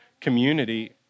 community